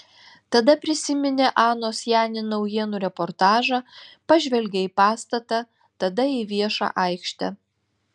tada prisiminė anos jani naujienų reportažą pažvelgė į pastatą tada į viešą aikštę